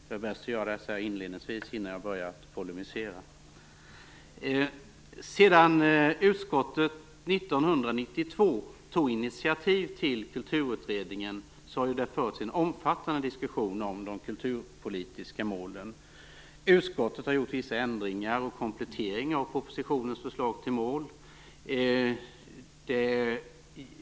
Det är bäst att göra det inledningsvis innan jag börjar att polemisera. Sedan utskottet år 1992 tog initiativ till Kulturutredningen har det förts en omfattande diskussion om de kulturpolitiska målen. Utskottet har gjort vissa ändringar och kompletteringar av propositionens förslag till mål.